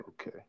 okay